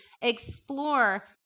explore